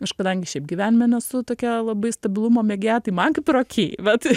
aš kadangi šiaip gyvenime nesu tokia labai stabilumo mėgėja tai man kaip ir okei bet